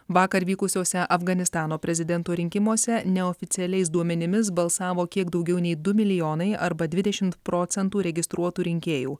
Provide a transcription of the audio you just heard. vakar vykusiuose afganistano prezidento rinkimuose neoficialiais duomenimis balsavo kiek daugiau nei du milijonai arba dvidešimt procentų registruotų rinkėjų